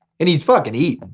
and he's fucking eating,